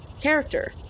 character